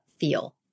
feel